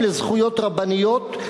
רבנים לזכויות רבניות,